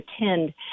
attend